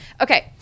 Okay